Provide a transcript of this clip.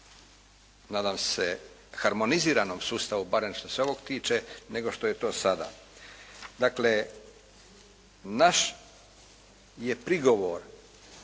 nadam se harmoniziranom sustavu barem što se ovog tiče, nego što je to sada. Dakle naš je prigovor